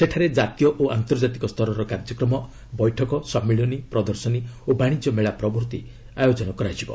ସେଠାରେ କାତୀୟ ଓ ଆନ୍ତର୍ଜାତିକ ସ୍ତରର କାର୍ଯ୍ୟକ୍ରମ ବୈଠକ ସମ୍ମିଳନୀ ପ୍ରଦର୍ଶନୀ ଓ ବାଣିଜ୍ୟ ମେଳା ପ୍ରଭୂତି ଆୟୋଜିତ ହେବ